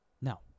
No